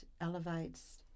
elevates